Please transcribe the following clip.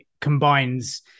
combines